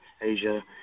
Asia